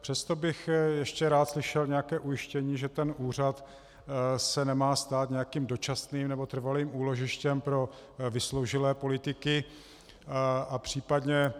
Přesto bych ještě rád slyšel nějaké ujištění, že ten úřad se nemá stát nějakým dočasným nebo trvalým úložištěm pro vysloužilé politiky, a případně,